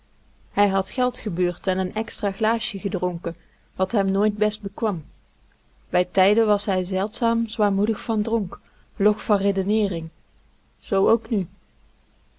hij had geld gebeurd en een extra glaasje gedronken wat hem nooit best bekwam bij tijden was hij zeldzaam zwaarmoedig van dronk log van redeneering zoo ook nu